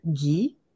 ghee